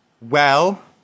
Well